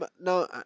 No